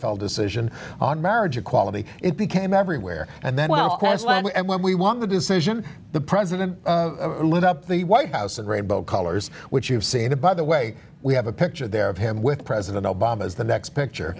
fall decision on marriage equality it became everywhere and then while castle and when we won the decision the president lit up the white house and rainbow colors which you've seen by the way we have a picture there of him with president obama as the next picture